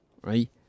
right